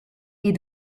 est